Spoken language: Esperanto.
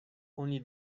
oni